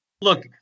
Look